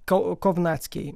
ko kovnackiai